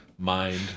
Mind